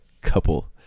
couple